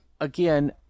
again